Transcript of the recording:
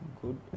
good